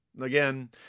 Again